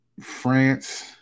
France